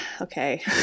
okay